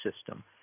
system